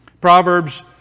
Proverbs